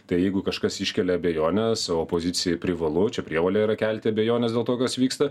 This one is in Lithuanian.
tai jeigu kažkas iškelia abejonę savo pozicijai privalu čia prievolė yra kelti abejones dėl to kas vyksta